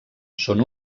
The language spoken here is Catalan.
són